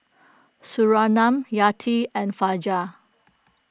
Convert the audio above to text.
Surinam Yati and Fajar